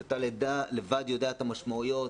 אתה יודע את המשמעויות,